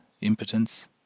impotence